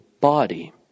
body